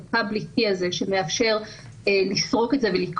את ה-PUBLIC KEY הזה שמאפשר לסרוק את זה ולקרוא